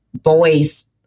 boys